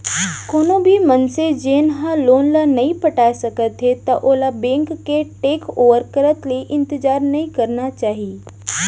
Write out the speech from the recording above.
कोनो भी मनसे जेन ह लोन ल नइ पटाए सकत हे त ओला बेंक के टेक ओवर करत ले इंतजार नइ करना चाही